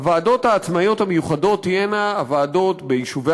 הוועדות העצמאיות המיוחדות תהיינה הוועדות ביישובי